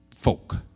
folk